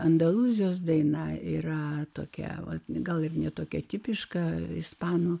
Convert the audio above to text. andalūzijos daina yra tokia o gal ir ne tokia tipiška ispanų